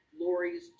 Lori's